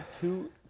two